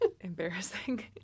Embarrassing